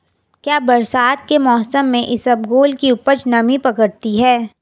क्या बरसात के मौसम में इसबगोल की उपज नमी पकड़ती है?